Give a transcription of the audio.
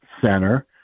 center